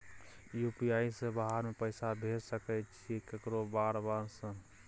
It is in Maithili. यु.पी.आई से बाहर में पैसा भेज सकय छीयै केकरो बार बार सर?